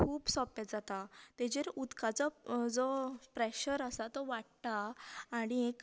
खूब सोंपे जाता तेजेर उदकाचो जो प्रेशर आसा तो वाडटा आनीक